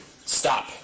Stop